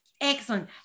excellent